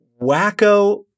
Wacko